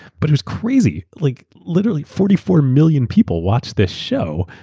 but it was crazy. like literally, forty four million people watched this show.